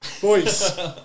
boys